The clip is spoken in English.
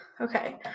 okay